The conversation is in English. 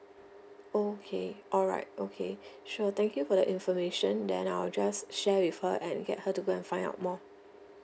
okay alright okay sure thank you for the information then I'll just share with her and get her to go and find out more